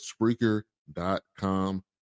Spreaker.com